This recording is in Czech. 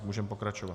Můžeme pokračovat.